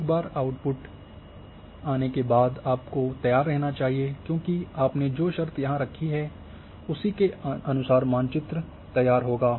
एक बार आउटपुट आने के बाद आपको तैयार रहना चाहिए क्योंकि आपने जो शर्त यहां रखी है उसी के अनुसार मानचित्र तैयार होगा